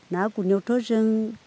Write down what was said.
ना गुरनायावथ' जों